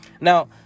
Now